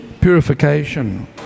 Purification